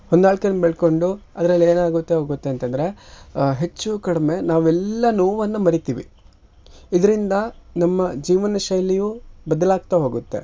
ಹೊಂದಾಣ್ಕೆಯನ್ ಬೆಳ್ಕೊಂಡು ಅದ್ರಲ್ಲಿ ಏನಾಗುತ್ತೆ ಹೋಗುತ್ತೆ ಅಂತಂದರೆ ಹೆಚ್ಚು ಕಡಿಮೆ ನಾವೆಲ್ಲ ನೋವನ್ನು ಮರೀತೀವಿ ಇದರಿಂದ ನಮ್ಮ ಜೀವನಶೈಲಿಯು ಬದಲಾಗ್ತಾ ಹೋಗುತ್ತೆ